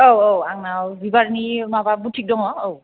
औ औ आंनाव बिबारनि माबा बुकि दङ औ